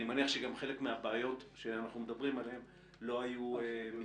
אני מניח שגם חלק מהבעיות שאנחנו מדברים עליהן לא היו מתקיימות.